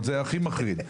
זה הכי מחריד.